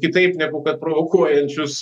kitaip negu kad provokuojančius